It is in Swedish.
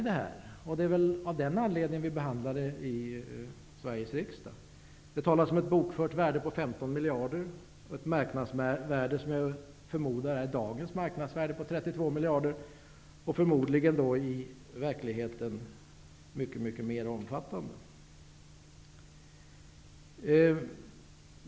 Det är av den anledningen som vi behandlar ärendet i Sveriges riksdag. Det talas om ett bokfört värde på 15 miljarder, om ett marknadsvärde -- jag förmodar att det är dagens marknadsvärde -- på 32 miljarder. Förmodligen är det i verkligheten mycket större.